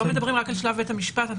אני